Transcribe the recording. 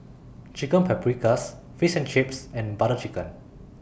Chicken Paprikas Fish and Chips and Butter Chicken